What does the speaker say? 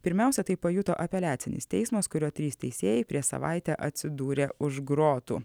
pirmiausia tai pajuto apeliacinis teismas kurio trys teisėjai prie savaitę atsidūrė už grotų